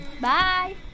Bye